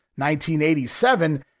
1987